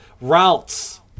Routes